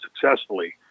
successfully